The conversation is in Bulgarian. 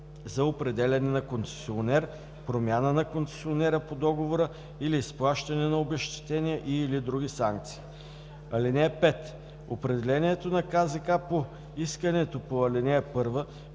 за определяне на концесионер, промяна на концесионера по договора или изплащане на обезщетения и/или други санкции. (5) Определението на КЗК по искането по ал. 1